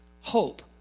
hope